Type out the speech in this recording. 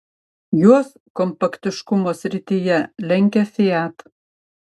juos kompaktiškumo srityje lenkia fiat